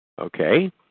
Okay